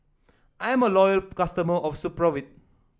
I'm a loyal customer of Supravit